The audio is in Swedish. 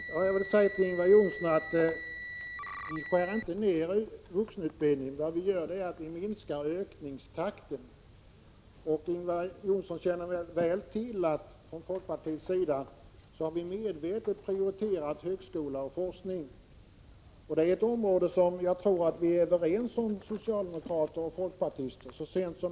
Herr talman! Jag vill säga till Ingvar Johnsson att folkpartiet inte skär ner vuxenutbildningen, utan vi minskar ökningstakten. Ingvar Johnsson känner väl till att folkpartiet medvetet har prioriterat högskola och forskning. Det är ett område som jag tror att socialdemokrater och folkpartister är överens om.